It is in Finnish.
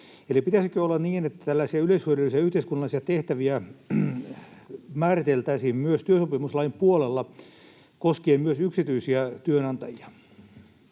pitäisikö olla niin, että tällaisia yleishyödyllisiä yhteiskunnallisia tehtäviä määriteltäisiin myös työsopimuslain puolella koskien myös yksityisiä työnantajia?